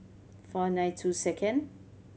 four nine two second